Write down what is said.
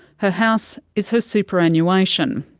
her house is her superannuation,